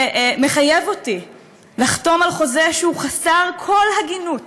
שמחייב אותי לחתום על חוזה שהוא חסר כל הגינות